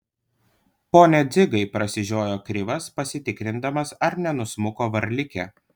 pone dzigai prasižiojo krivas pasitikrindamas ar nenusmuko varlikė